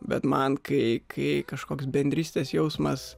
bet man kai kai kažkoks bendrystės jausmas